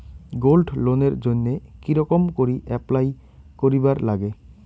Gold লোনের জইন্যে কি রকম করি অ্যাপ্লাই করিবার লাগে?